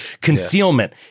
concealment